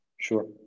Sure